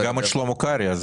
וגם את שלמה קרעי.